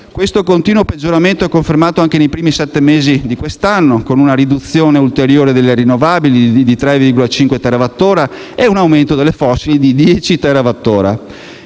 Questo continuo peggioramento è confermato anche nei primi sette mesi di quest'anno, con una riduzione ulteriore delle rinnovabili di 3,5 terawattora e un aumento delle fossili di 10